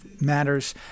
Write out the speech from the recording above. matters